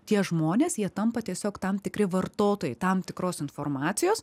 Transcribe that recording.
tie žmonės jie tampa tiesiog tam tikri vartotojai tam tikros informacijos